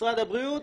משרד הבריאות,